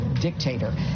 dictator